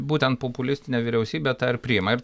būtent populistinė vyriausybė tą ir priima ir